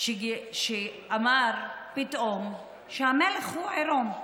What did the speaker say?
שאמר פתאום שהמלך הוא עירום,